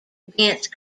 against